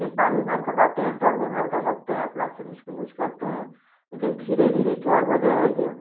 फिर पानी भरकर लाते हैं ड्रम में भरकर रखते हैं अपना फिर इसको यूज करते हैं लेकिन धीरे धीरे क्या हुआ जो है कि